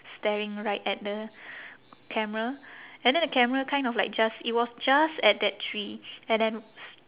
staring right at the camera and then the camera kind of like just it was just at that tree and then s~